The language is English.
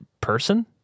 person